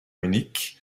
munich